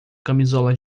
camisola